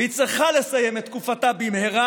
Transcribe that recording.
והיא צריכה לסיים את תקופתה במהרה.